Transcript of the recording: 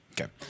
Okay